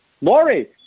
Lori